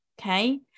Okay